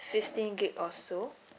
fifteen G_B also